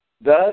Thus